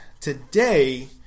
today